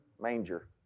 manger